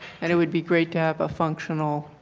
and it will be great to have a functional